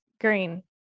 green